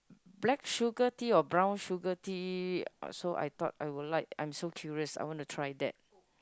black sugar tea or brown sugar tea so I thought I would like I'm so curious I want to try that